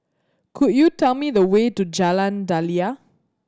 could you tell me the way to Jalan Daliah